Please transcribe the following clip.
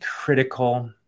critical